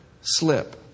slip